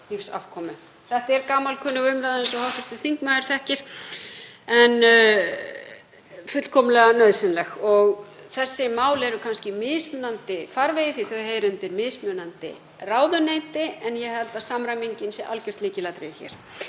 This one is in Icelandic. Þetta er gamalkunnug umræða, eins og hv. þingmaður þekkir, en fullkomlega nauðsynleg. Þessi mál eru kannski í mismunandi farvegi því að þau heyra undir mismunandi ráðuneyti, en ég held að samræmingin sé algjört lykilatriði hér.